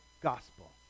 gospel